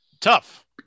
tough